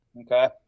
Okay